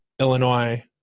Illinois